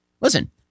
Listen